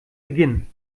beginnen